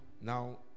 Now